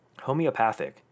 Homeopathic